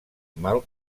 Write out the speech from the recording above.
mal